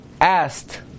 asked